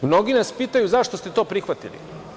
Mnogi nas pitaju - zašto ste to prihvatili?